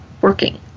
working